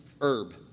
herb